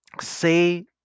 Say